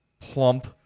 plump